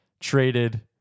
traded